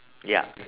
yup